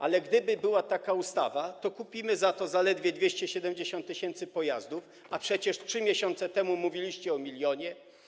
Ale gdyby była taka ustawa, to kupimy za to zaledwie 270 tys. pojazdów, a przecież 3 miesiące temu mówiliście o 1 mln.